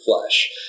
flesh